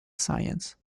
science